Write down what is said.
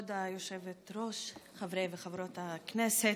כבוד היושבת-ראש, חברות וחברי הכנסת,